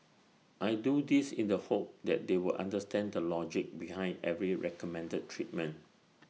I do this in the hope that they will understand the logic behind every recommended treatment